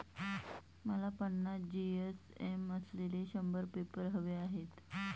मला पन्नास जी.एस.एम असलेले शंभर पेपर हवे आहेत